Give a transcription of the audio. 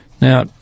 Now